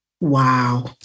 wow